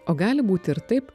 o gali būti ir taip